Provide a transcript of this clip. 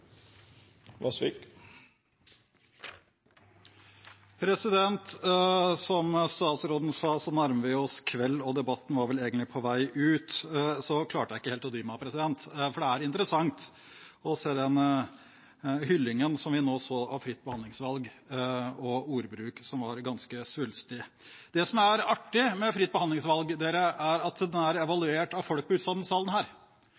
Som statsråden sa, nærmer vi oss kveld, og debatten var vel egentlig på vei ut. Så klarte jeg ikke helt å dy meg, for det var interessant å se den hyllingen som nå var av fritt behandlingsvalg, og ordbruk som var ganske svulstig. Det som er artig med fritt behandlingsvalg, FBV, er at det er evaluert av folk på utsiden av denne salen.